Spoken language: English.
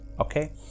okay